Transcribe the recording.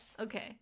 okay